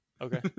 Okay